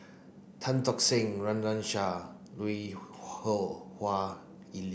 Tan Tock Seng Run Run Shaw Lui Wah